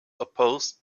opposed